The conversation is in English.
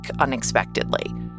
unexpectedly